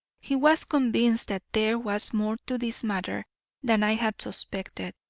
he was convinced that there was more to this matter than i had suspected.